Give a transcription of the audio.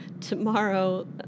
Tomorrow